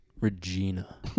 Regina